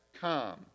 come